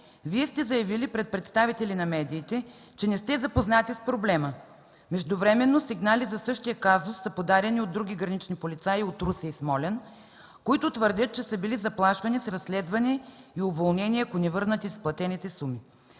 Вие сте заявили пред представители на медиите, че не сте запознат с проблема. Междувременно сигнали за същия казус са подадени от други гранични полицаи от Русе и Смолян, които твърдят, че са били заплашвани с разследване и уволнение, ако не върнат изплатените суми.